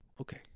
okay